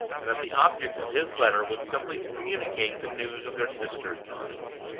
and that the object of his letter was simply to communicate the news of their sister's decease.